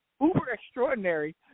uber-extraordinary